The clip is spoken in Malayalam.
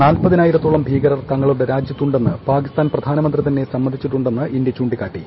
നാൽപ്പതിനായിരുത്തോളം ഭീകരർ തങ്ങളുടെ രാജ്യത്തുണ്ടെന്ന് പാകിസ്ക്കാൻ പ്രധാനമന്ത്രിതന്നെ സമ്മതിച്ചിട്ടുണ്ടെന്ന് ഇന്ത്യ ചൂണ്ടിക്കുട്ടി